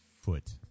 foot